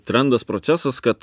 trendas procesas kad